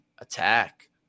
attack